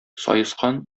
саескан